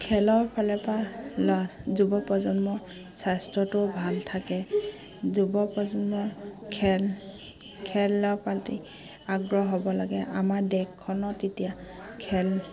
খেলৰ ফালৰ পৰা ল'ৰা যুৱ প্ৰজন্মৰ স্বাস্থ্যটো ভাল থাকে যুৱ প্ৰজন্মৰ খেল খেলৰ প্ৰতি আগ্ৰহ হ'ব লাগে আমাৰ দেশখনত তেতিয়া খেল